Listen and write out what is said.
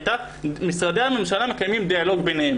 הייתה משרדי הממשלה מקיימים דיאלוג ביניהם.